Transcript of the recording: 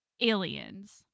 aliens